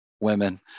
women